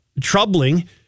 troubling